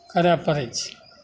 करय पड़ै छै